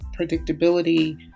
predictability